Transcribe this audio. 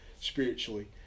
spiritually